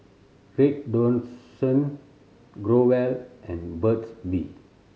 Redoxon Growell and Burt's Bee